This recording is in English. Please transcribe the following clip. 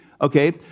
okay